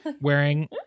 Wearing